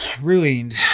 Ruined